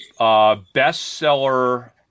bestseller